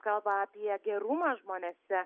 kalba apie gerumą žmonėse